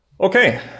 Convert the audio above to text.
Okay